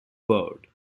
board